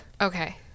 Okay